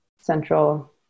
central